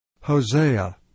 Hosea